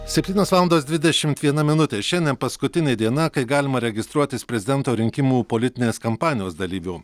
septynios valandos dvidešimt vienas minutė šiandien paskutinė diena kai galima registruotis prezidento rinkimų politinės kampanijos dalyviu